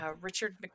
Richard